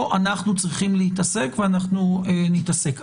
אנחנו צריכים להתעסק ואנחנו נתעסק.